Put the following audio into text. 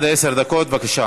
עד עשר דקות, בבקשה.